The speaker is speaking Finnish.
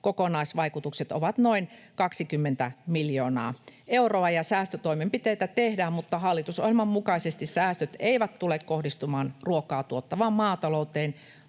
kokonaisvaikutukset ovat noin 20 miljoonaa euroa. Säästötoimenpiteitä tehdään, mutta hallitusohjelman mukaisesti säästöt eivät tule kohdistumaan ruokaa tuottavaan maatalouteen.